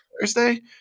Thursday